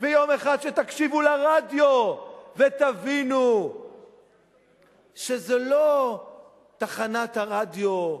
ויום אחד תקשיבו לרדיו ותבינו שזה לא תחנת הרדיו,